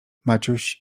maciuś